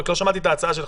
רק לא שמעתי את ההצעה שלך.